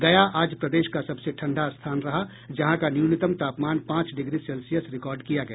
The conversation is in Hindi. गया आज प्रदेश का सबसे ठंडा स्थान रहा जहां का न्यूनतम तापमान पांच डिग्री सेल्सियस रिकॉर्ड किया गया